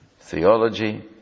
theology